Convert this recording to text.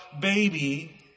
baby